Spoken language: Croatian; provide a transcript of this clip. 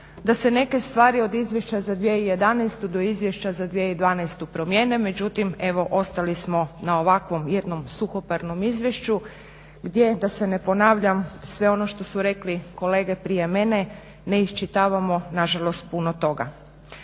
da se neke stvari od Izvješća za 2011. do Izvješća za 2012. promijene. Međutim, evo ostali smo na ovakvom jednom suhoparnom izvješću gdje da se ne ponavljam sve ono što su rekli kolege prije mene ne iščitavamo na žalost puno toga.